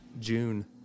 June